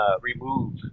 remove